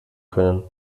können